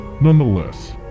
Nonetheless